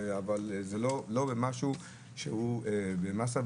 אבל זה לא משהו שהוא במאסה.